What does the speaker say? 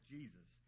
Jesus